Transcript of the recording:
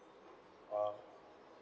um